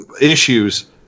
issues